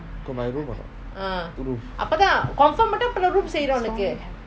got my room or not